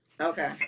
Okay